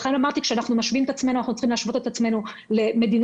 לכן אמרתי שאנחנו צריכים להשוות את עצמנו למדינות